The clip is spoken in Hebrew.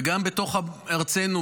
וגם בתוך ארצנו,